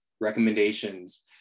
Recommendations